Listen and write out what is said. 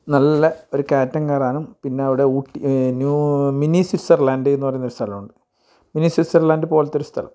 നല്ല ഒരു കയറ്റം കയറാനും പിന്നെ അവിടെ ഊട്ടി മിനി സ്വിറ്റ്സർലാൻഡ്ന്ന് പറയുന്ന ഒരു സ്ഥലമുണ്ട് പിന്നെ സ്വിറ്റ്സർലാൻഡ് പോലത്തെ ഒരു സ്ഥലം